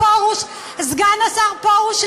סגן השר פרוש,